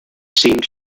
seemed